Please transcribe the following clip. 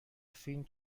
فیلم